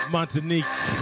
Montanique